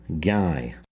guy